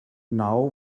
now